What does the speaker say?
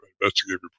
investigative